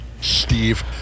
Steve